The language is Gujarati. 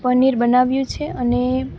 પનીર બનાવ્યું છે અને